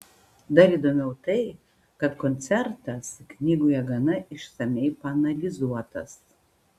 dar įdomiau tai kad koncertas knygoje gana išsamiai paanalizuotas